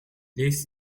this